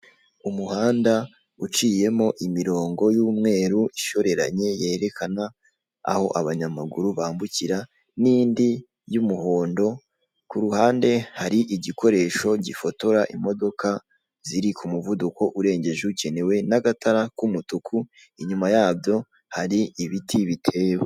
Umuhanda uciyemo imirongo y'umweru ishoreranye yerekana aho abanyamaguru bambukira n'indi y'umuhondo, ku ruhande hari igikoresho gifotora imodoka ziri ku muvuduko urengeje ukenewe n'agatara k'umutuku, inyuma yabyo hari ibiti bitewe.